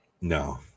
No